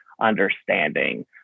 understanding